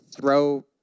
throw